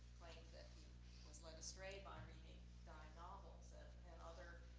claims that he was led astray by reading novels and other